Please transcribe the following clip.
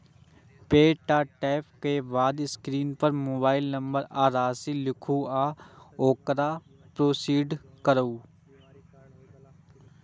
पे पर टैप करै के बाद स्क्रीन पर मोबाइल नंबर आ राशि लिखू आ ओकरा प्रोसीड करू